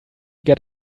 get